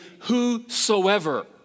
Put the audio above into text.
whosoever